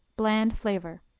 bland flavor.